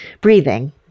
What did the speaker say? breathing